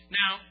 now